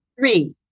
Three